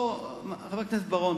חבר הכנסת בר-און,